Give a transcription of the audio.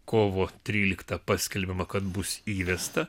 kovo tryliktą paskelbiama kad bus įvesta